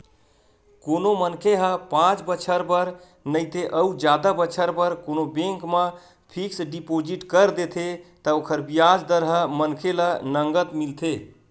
कोनो मनखे ह पाँच बछर बर नइते अउ जादा बछर बर कोनो बेंक म फिक्स डिपोजिट कर देथे त ओकर बियाज दर ह मनखे ल नँगत मिलथे